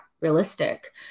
realistic